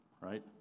right